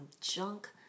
junk